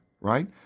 right